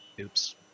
Oops